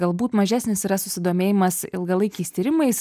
galbūt mažesnis yra susidomėjimas ilgalaikiais tyrimais